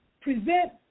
present